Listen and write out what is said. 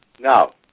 No